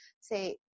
say